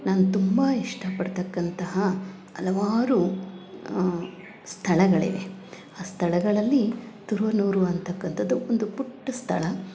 ನಾನು ತುಂಬ ಇಷ್ಟಪಡ್ತಕ್ಕಂತಹ ಹಲವಾರು ಸ್ಥಳಗಳಿವೆ ಆ ಸ್ಥಳಗಳಲ್ಲಿ ತುರುವನೂರು ಅಂತಕ್ಕಂತದ್ದು ಒಂದು ಪುಟ್ಟ ಸ್ಥಳ